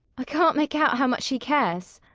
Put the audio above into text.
i can't make out how much he cares.